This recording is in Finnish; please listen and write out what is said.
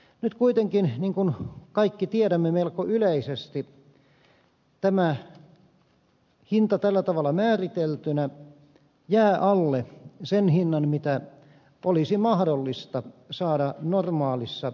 nyt kuitenkin niin kuin kaikki tiedämme melko yleisesti tämä hinta tällä tavalla määriteltynä jää alle sen hinnan mikä olisi mahdollista saada normaalissa kauppatilanteessa